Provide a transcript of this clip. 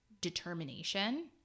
determination